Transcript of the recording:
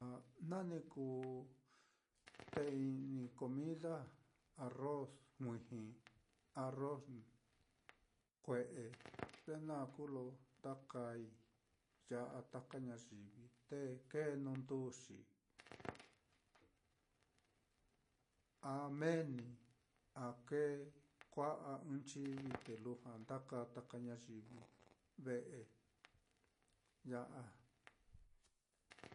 Jna ni kuu té i'ni, comida, arroz juiji, arroz kue'e, ye naá kuu lo nda kaa ya á taka ñayivi, te kēē nuu nduxi, a meeni, a kēē kua'a ɨ́ɨ́n chivi, te lujua nda kaa taka ñayivi ve'e ya á.